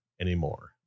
anymore